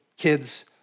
kids